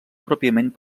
pròpiament